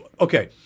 okay